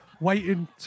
waiting